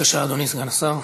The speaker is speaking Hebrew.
בבקשה, אדוני סגן השר.